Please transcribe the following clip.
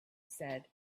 said